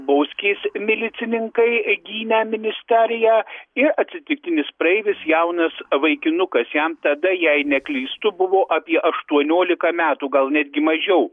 bauskės milicininkai gynę ministeriją ir atsitiktinis praeivis jaunas vaikinukas jam tada jei neklystu buvo apie aštuoniolika metų gal netgi mažiau